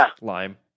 lime